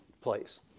place